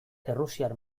errusiar